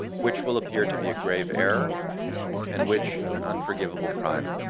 which will appear to be a grave error and which an unforgivable crime?